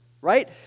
right